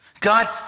God